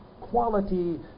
quality